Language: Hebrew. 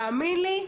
תאמין לי,